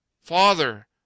Father